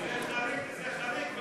זה חריג בחומרתו.